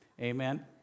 Amen